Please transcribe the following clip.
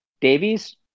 Davies